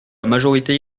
majorité